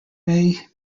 may